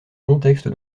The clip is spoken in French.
contexte